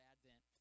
Advent